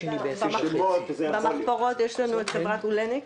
משה גפני) במחפורות יש לנו את חברת אולניק,